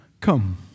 Come